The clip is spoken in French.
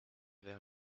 vers